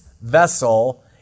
vessel